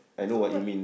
what wear